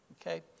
Okay